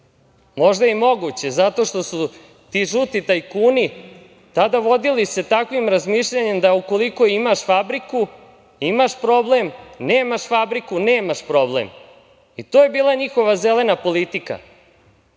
Možda je i moguće, zato što su ti žuti tajkuni tada vodili se takvim razmišljanjem da ukoliko imaš fabriku, imaš problem, nemaš fabriku - nemaš problem. I to je bila njihova zelena politika. Isto